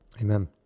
Amen